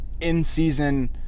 in-season